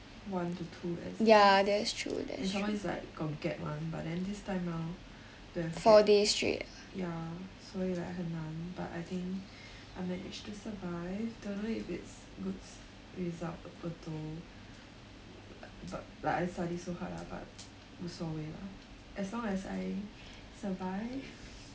one to two exams and some more it's like got gap [one] but then this time round don't have gap ya 所以 like 很难 but I think I managed to survive don't know if its goods result although but like I study so hard lah but 无所谓 lah as long as I survived